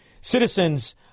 citizens